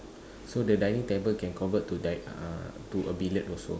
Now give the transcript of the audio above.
so the dining table can convert to like uh to a billard also